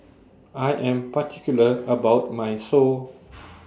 I Am particular about My Pho